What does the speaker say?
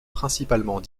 principalement